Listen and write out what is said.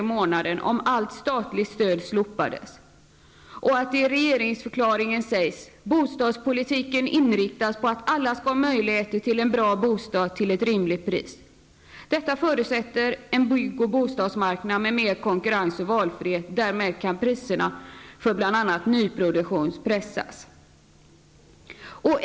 i månaden om allt statligt stöd slopades och att det i regeringsförklaring sägs: ''Bostadspolitiken inriktas på att alla skall ha möjlighet till en bra bostad till ett rimligt pris. Detta förutsätter en bygg och bostadsmarknad med mer av konkurrens och valfrihet. Därmed kan priser för bl.a. nyproduktionen pressas.''